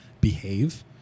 behave